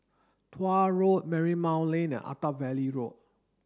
Tuah Road Marymount Lane Attap Valley Road